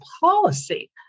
policy